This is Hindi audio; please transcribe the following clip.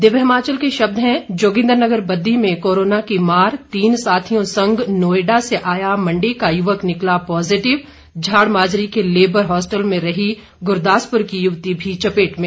दिव्य हिमाचल के शब्द हैं जोगिंद्रनगर बद्दी में कोरोना की मार तीन साथियों संग नोएडा से आया मंडी का युवक निकला पॉजिटिव झाड़माजरी के लेबर हॉस्टल में रही गुरदासपुर की युवती भी चपेट में